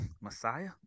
Messiah